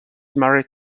married